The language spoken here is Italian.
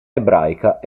ebraica